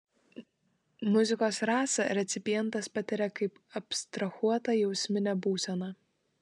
muzikos rasą recipientas patiria kaip abstrahuotą jausminę būseną